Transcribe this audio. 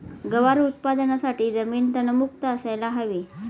गवार उत्पादनासाठी जमीन तणमुक्त असायला हवी